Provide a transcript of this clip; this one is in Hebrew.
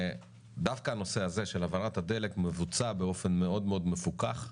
ודווקא הנושא הזה של העברת הדלק מבוצע באופן מאוד מאוד מפוקח,